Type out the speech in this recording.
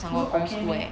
不是 okay meh